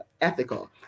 ethical